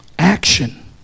Action